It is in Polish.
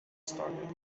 stanie